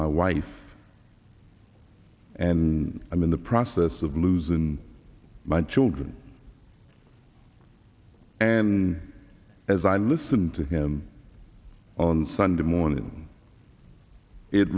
my wife and i'm in the process of blues in my children and as i listened to him on sunday morning it